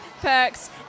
Perks